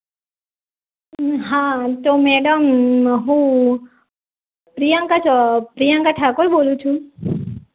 હા તો મેડમ હું પ્રિયંકા ચો અ પ્રિયંકા ઠાકુર બોલું છું